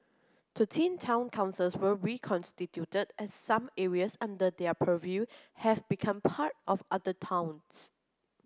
thirteen town councils were reconstituted as some areas under their purview have become part of other towns